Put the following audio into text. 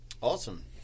Awesome